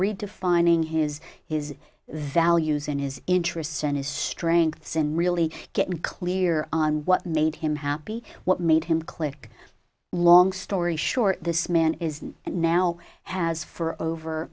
redefining his his values and his interests and his strengths and really get clear on what made him happy what made him click long story short this man is now has for